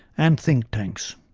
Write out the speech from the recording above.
and think tanks.